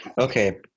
Okay